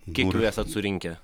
kiek jau esat surinkę